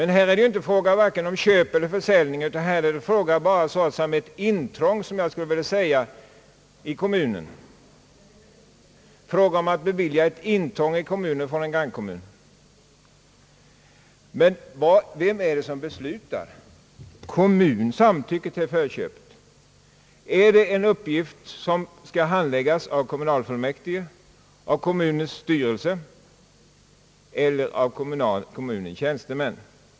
Här är det dock inte frågan om vare sig köp eler försäljning, utan det är bara frågan om ett intrång i kommunen av en grannkommun. Vem är det som beslutar när det heter: »kommun samtycker till för köpet»? Är det en uppgift som skall handläggas av kommunalfullmäktige, av kommunens styrelse eller av kommunens tjänstemän?